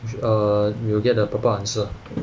err we will get a proper answer